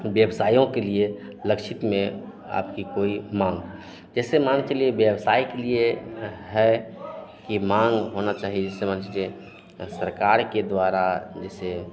व्यवसायों के लिए लक्षित में आपकी कोई माँग जैसे मानकर चलिए व्यवसाय के लिए है कि माँग होना चाहिए जैसे मानकर चलिए अह सरकार के द्वारा जैसे